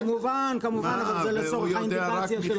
כמובן, אבל זה לצורך האינדיקציה.